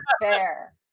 Fair